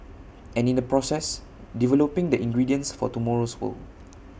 and in the process developing the ingredients for tomorrow's world